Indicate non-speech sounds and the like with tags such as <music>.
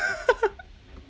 <laughs>